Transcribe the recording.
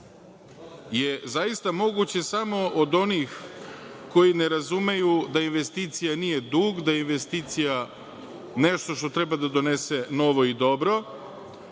je zaista moguće samo od onih koji ne razumeju da investicija nije dug, da je investicija nešto što treba da donese novo i dobro,